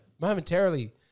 momentarily